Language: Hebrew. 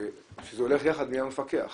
וזה הולך יחד עם מי המפקח,